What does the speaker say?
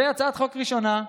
זו הצעת חוק ראשונה.